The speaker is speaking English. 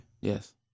Yes